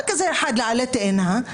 רק אחד כעלה תאנה,